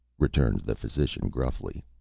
returned the physician, gruffly.